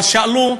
אבל שאלו: